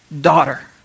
Daughter